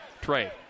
Trey